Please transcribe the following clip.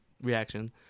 reaction